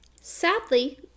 Sadly